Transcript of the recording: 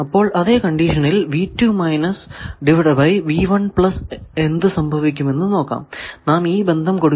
അപ്പോൾ അതെ കണ്ടിഷനിൽ എന്ത് സംഭവിക്കും എന്ന് നോക്കാം നാം ഈ ബന്ധം കൊടുക്കുകയാണെങ്കിൽ